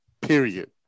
period